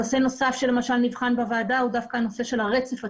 נושא נוסף שלמשל נבחן בוועדה הוא דווקא הנושא של הרצף הטיפולי.